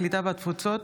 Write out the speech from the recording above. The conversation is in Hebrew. הקליטה והתפוצות